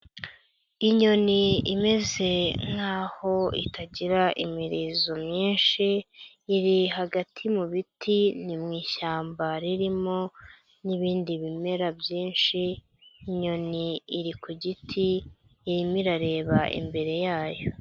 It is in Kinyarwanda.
Inyoni imeze nkaho itagira imirizo myinshi, iri hagati mu biti ni mu ishyamba ririmo n'ibindi bimera byinshi, inyoni iri ku giti irimo irareba imbere yayo.